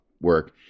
work